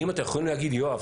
אתם יכולים להגיד: יואב,